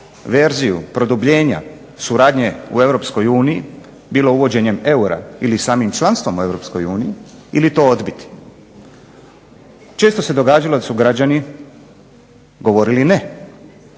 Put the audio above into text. verziju produbljenja suradnje u EU bilo uvođenjem eura ili samim članstvom u EU ili to odbiti. Često se događalo da su građani govorili ne.